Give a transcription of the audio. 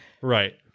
Right